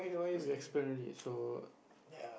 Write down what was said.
we explain already so